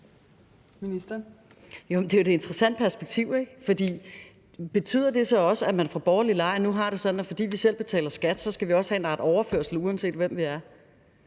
Det er jo et interessant perspektiv, ikke? For betyder det så også, at man fra borgerlig lejr nu har det sådan, at fordi man selv betaler skat, skal man også have en art overførsel, uanset hvem man er?